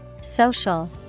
Social